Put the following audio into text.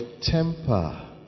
temper